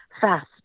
fast